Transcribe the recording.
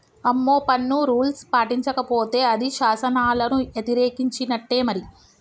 అమ్మో పన్ను రూల్స్ పాటించకపోతే అది శాసనాలను యతిరేకించినట్టే మరి